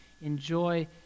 enjoy